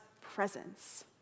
presence